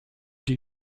die